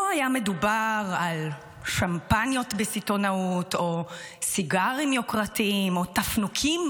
לא היה מדובר על שמפניות בסיטונאות או סיגרים יוקרתיים או תפנוקים